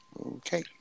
Okay